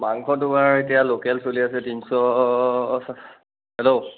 মাংস তোমাৰ এতিয়া লোকেল চলি আছে তিনিছ হেল্ল'